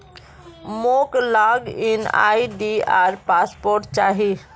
मोक log in ID आर password चाहि